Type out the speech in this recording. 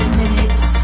minutes